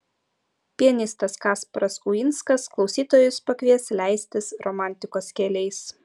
pianistas kasparas uinskas klausytojus pakvies leistis romantikos keliais